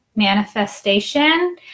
manifestation